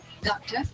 Doctor